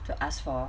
to ask for